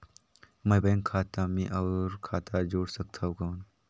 मैं बैंक खाता मे और खाता जोड़ सकथव कौन?